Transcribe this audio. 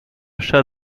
chat